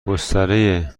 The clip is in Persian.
گستره